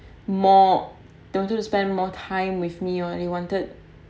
more they wanted to spend more time with me or they wanted